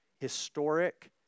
Historic